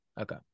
Okay